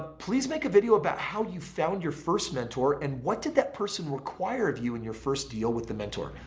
please make a video about how you found your first mentor and what did that person require of you and your first deal with the mentor.